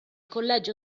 collegio